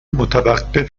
متوقف